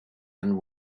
and